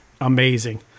amazing